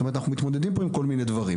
זאת אומרת אנחנו מתמודדים פה עם כל מיני דברים.